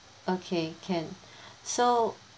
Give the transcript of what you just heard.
okay can so